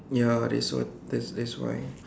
ya they so that's that's why